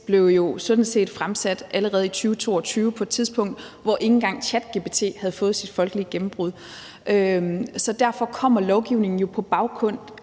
blev jo sådan set fremsat allerede i 2022 på et tidspunkt, hvor ikke engang ChatGPT havde fået sit folkelige gennembrud. Så derfor kommer lovgivningen jo på bagkant